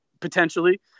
potentially